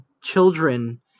children